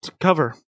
cover